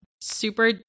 super